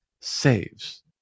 saves